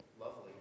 lovely